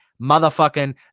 motherfucking